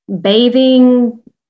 bathing